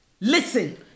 Listen